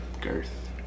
Girth